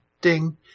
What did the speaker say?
ding